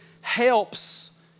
helps